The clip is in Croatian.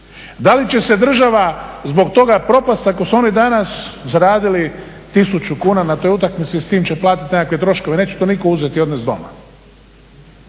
Da li će se država zbog toga propasti ako su oni danas zaradili 1000 kuna na toj utakmici, s tim će platiti nekakve troškove. Neće to nitko uzeti i odnesti doma.